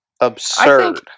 Absurd